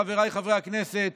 חבריי חברי הכנסת,